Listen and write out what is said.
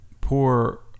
poor